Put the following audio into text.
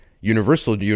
universal